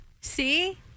See